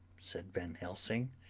said van helsing,